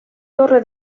torre